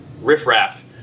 Riffraff